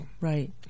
Right